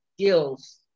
skills